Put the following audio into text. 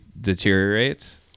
deteriorates